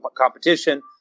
competition